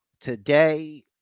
Today